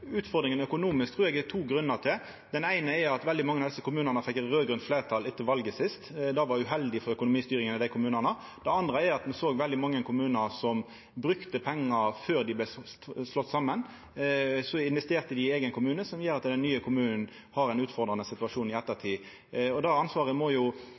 økonomisk trur eg det er to grunnar til. Den eine er at veldig mange av desse kommunane fekk raud-grønt fleirtal etter valet sist. Det var uheldig for økonomistyringa i dei kommunane. Det andre er at me såg at veldig mange kommunar brukte pengar før dei vart slått saman og investerte dei i eigen kommune, som gjer at den nye kommunen har ein utfordrande situasjon i ettertid. Det ansvaret må